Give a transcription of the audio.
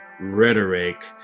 rhetoric